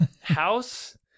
house